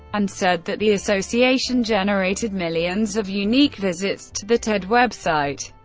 and said that the association generated millions of unique visits to the ted website.